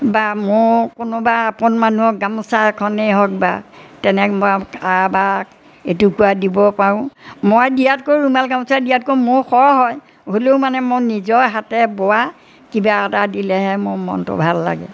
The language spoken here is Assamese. বা মোৰ কোনোবা আপোন মানুহক গামোচা এখনেই হওক বা তেনেকুৱা বা এটুকুৰা দিব পাৰোঁ মই দিয়াতকৈ ৰুমাল গামোচা দিয়াতকৈ মোৰ সৰহ হয় হ'লেও মানে মোৰ নিজৰ হাতে বোৱা কিবা এটা দিলেহে মোৰ মনটো ভাল লাগে